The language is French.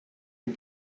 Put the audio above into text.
les